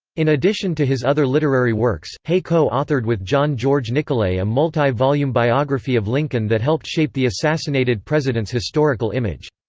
in addition to his other literary works, hay co-authored with john george nicolay a multi-volume biography of lincoln that helped shape the assassinated president's historical image.